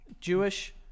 Jewish